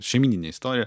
šeimyninė istorija